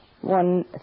one